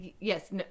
yes